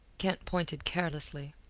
kent pointed carelessly.